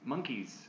Monkeys